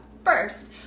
First